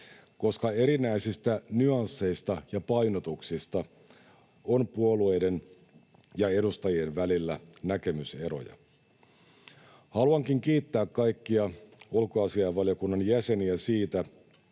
koska erinäisistä nyansseista ja painotuksista on puolueiden ja edustajien välillä näkemyseroja. Haluankin kiittää kaikkia ulkoasiainvaliokunnan jäseniä siitä,